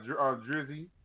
Drizzy